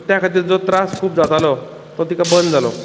so त्या खातीर जो त्रास खूब जातालो तो तिका बंद जालो